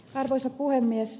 arvoisa puhemies